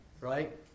Right